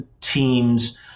teams